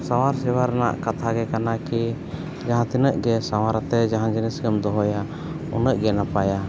ᱥᱟᱶᱟᱨ ᱥᱮᱵᱟ ᱨᱮᱱᱟᱜ ᱠᱟᱛᱷᱟ ᱜᱮ ᱠᱟᱱᱟ ᱠᱤ ᱡᱟᱦᱟᱸ ᱛᱤᱱᱟᱹᱜ ᱜᱮ ᱥᱟᱶᱟᱨ ᱟᱛᱮᱫ ᱡᱟᱦᱟᱸ ᱡᱤᱱᱤᱥ ᱮᱢ ᱫᱚᱦᱚᱭᱟ ᱩᱱᱟᱹᱜ ᱜᱮ ᱱᱟᱯᱟᱭᱟ